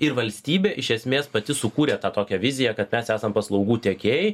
ir valstybė iš esmės pati sukūrė tą tokią viziją kad mes esam paslaugų tiekėjai